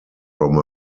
from